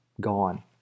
gone